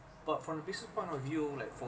but from the business point of view like